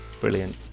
Brilliant